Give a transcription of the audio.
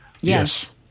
Yes